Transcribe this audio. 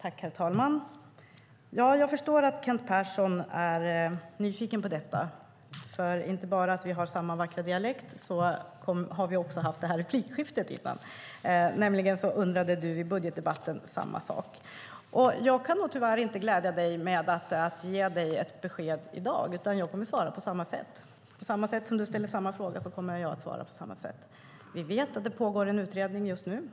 Herr talman! Ja, jag förstår att Kent Persson är nyfiken på detta. Förutom att vi har samma vackra dialekt har vi också haft samma replikskifte tidigare. I budgetdebatten undrade du nämligen samma sak. Jag kan nog tyvärr inte glädja dig med att ge dig ett besked i dag, utan jag kommer att svara på samma sätt. På samma sätt som du ställer samma fråga kommer jag att svara på samma sätt. Vi vet att det pågår en utredning just nu.